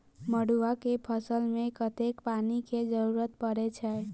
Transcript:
मड़ुआ केँ फसल मे कतेक पानि केँ जरूरत परै छैय?